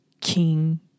king